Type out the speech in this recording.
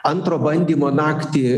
antro bandymo naktį